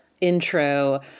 intro